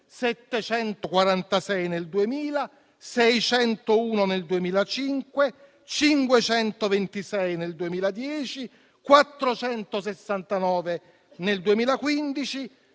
746 nel 2000, 601 nel 2005, 526 nel 2010, 469 nel 2015